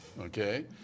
okay